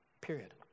Period